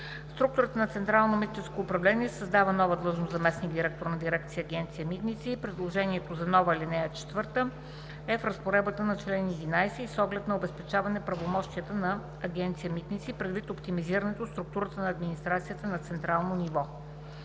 структурата на Централно митническо управление се създава нова длъжност „заместник-директор на дирекция в Агенция „Митници“. Предложението за нова ал. 4 е в разпоредбата на чл. 11 и с оглед на обезпечаване правомощията на директора на Агенция „Митници“ предвид оптимизирането на структурата на администрацията на централно ниво.